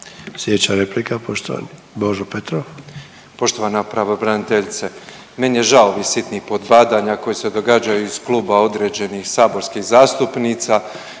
Sljedeća replika, poštovani Božo Petrov.